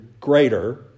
Greater